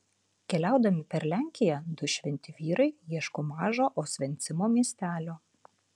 keliaudami per lenkiją du šventi vyrai ieško mažo osvencimo miestelio